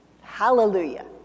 Hallelujah